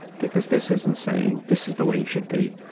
because this isn't saying, this is the way you should be.